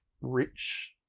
rich